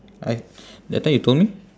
I that time you told me